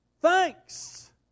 thanks